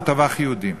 הוא טבח יהודים.